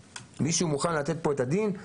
מישהו מוכן לתת את הדין?